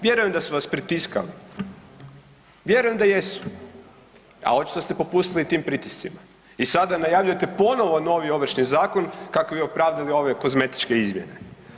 Vjerujem da su vas pritiskali, vjerujem da jesu, a očito ste popustili tim pritiscima i sada najavljujete ponovo novi Ovršni zakon kako bi opravdali ove kozmetičke izmjene.